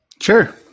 Sure